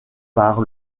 par